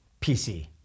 PC